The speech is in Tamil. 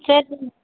சரி